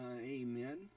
Amen